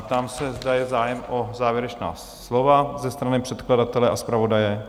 Ptám se, zda je zájem o závěrečná slova ze strany předkladatele a zpravodaje?